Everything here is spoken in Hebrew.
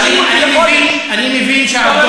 אולי תוכלי לשתוק כשאני נואם?